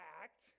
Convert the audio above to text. act